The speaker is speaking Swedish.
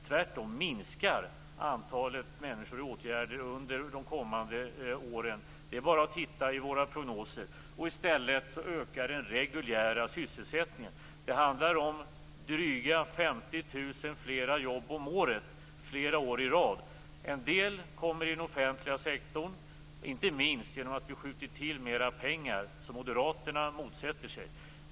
Tvärtom minskar antalet människor i åtgärder under de kommande åren. Det är bara att titta i våra prognoser. I stället ökar den reguljära sysselsättningen. Det handlar om drygt 50 000 fler jobb om året flera år i rad. En del kommer i den offentliga sektorn, inte minst genom att vi skjuter till mer pengar - något som Moderaterna motsätter sig.